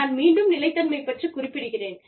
நான் மீண்டும் நிலைத்தன்மைப் பற்றிக் குறிப்பிடுகிறேன்